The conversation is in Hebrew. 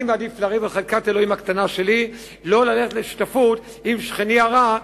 אני מעדיף לריב על חלקת אלוהים הקטנה שלי ולא ללכת לשותפות עם שכני הרע,